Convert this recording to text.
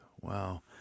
Wow